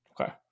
Okay